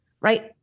Right